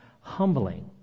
humbling